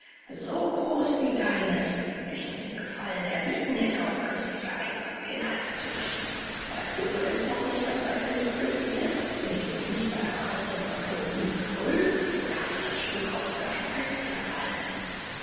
so groß wie deines wenn ich dir den gefallen erwiesen hätte auf künstlicher eisbahn mir den hals zu brechen weißt du übrigens noch nicht daß seife nicht gefriert wenigstens nicht bei einer haustemperatur über null oder hast du das spukhaus für einen eiskeller gehalten